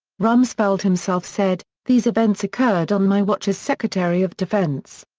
rumsfeld himself said these events occurred on my watch as secretary of defense.